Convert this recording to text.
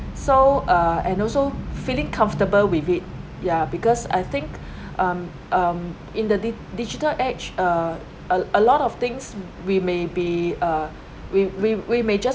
so uh and also feeling comfortable with it ya because I think um um in the digi~digital age uh uh a lot of things we may be uh we we we may just